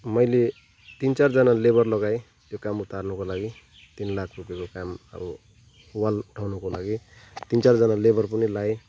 मैले तिन चारजना लेबर लगाएँ त्यो काम उतार्नुको लागि तिन लाख रुपियाँको काम अब वाल उठाउनुको लागि तिन चारजना लेबर पनि लाएँ